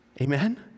Amen